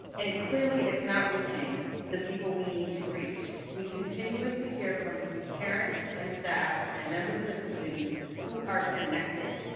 and it clearly it's not reaching the people we need to reach. we continuously hear from parents and staff and members of the community who are connected.